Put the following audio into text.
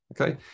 Okay